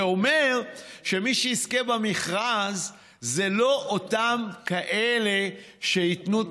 זה אומר שמי שיזכה במכרז זה לא אותם כאלה שייתנו את